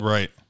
Right